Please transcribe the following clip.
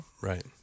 right